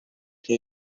que